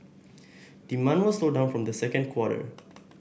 demand was slow down from the second quarter